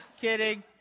kidding